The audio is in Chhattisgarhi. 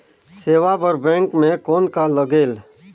सेवा बर बैंक मे कौन का लगेल?